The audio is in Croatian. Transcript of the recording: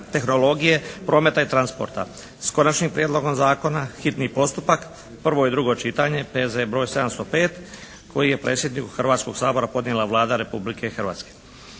tehnologije prometa i transporta s konačnim prijedlogom zakona, hitni postupak, prvo i drugo čitanje, P.Z.E. br. 705 koji je predsjedniku Hrvatskog sabora podnijela Vlada Republike Hrvatske.